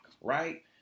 right